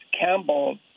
Campbell